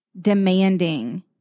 demanding